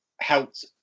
helped